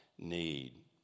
Need